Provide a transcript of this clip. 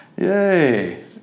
Yay